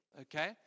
okay